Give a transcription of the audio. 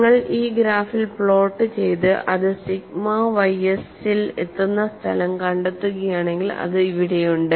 നിങ്ങൾ ഈ ഗ്രാഫിൽ പ്ലോട്ട് ചെയ്ത് അത് സിഗ്മ ys ൽ എത്തുന്ന സ്ഥലം കണ്ടെത്തുകയാണെങ്കിൽ അത് ഇവിടെയുണ്ട്